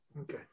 Okay